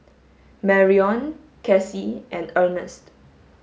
Marion Kacie and Ernst